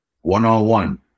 one-on-one